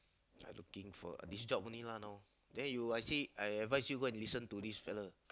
I looking for this job only lah now then you I see I advice you go and listen to this fellow